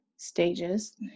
stages